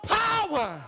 power